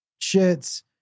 shits